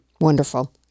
Wonderful